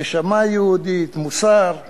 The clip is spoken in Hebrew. נשמה יהודית, מוסר וכו'